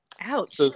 ouch